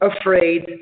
afraid